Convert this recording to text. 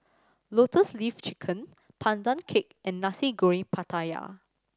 Lotus Leaf Chicken Pandan Cake and Nasi Goreng Pattaya